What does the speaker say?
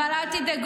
אבל אל תדאגו,